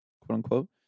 quote-unquote